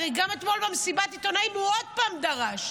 הרי גם אתמול במסיבת העיתונאים הוא עוד פעם דרש.